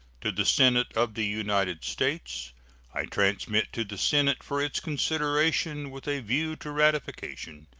to the senate of the united states i transmit to the senate, for its consideration with a view to ratification,